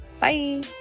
Bye